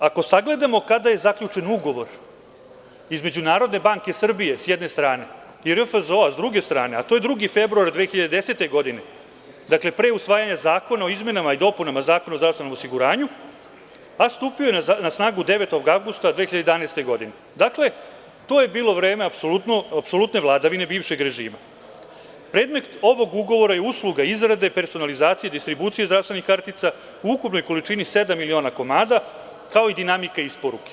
Ako sagledamo kada je zaključen ugovor između NBS, s jedne strane, i RFZO-a, s druge strane, a to je 2. februar 2010. godine, dakle, pre usvajanja Zakona o izmenama i dopunama Zakona o zdravstvenom osiguranju, a stupio je na snagu 9. avgusta 2011. godine, dakle, to je bilo vreme apsolutne vladavine bivšeg režima, predmet ovog ugovora je usluga izrade personalizacije, distribucije zdravstvenih kartica u ukupnoj količini sedam miliona komada, kao i dinamika isporuke.